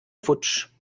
futsch